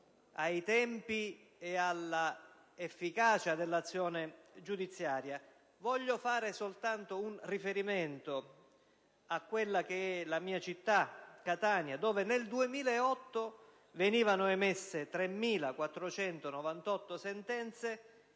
ai tempi e all'efficacia dell'azione giudiziaria. Voglio fare un riferimento solo alla mia città, Catania, dove nel 2008 sono state emesse 3.498 sentenze